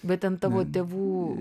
bet ten tavo tėvų